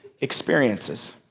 experiences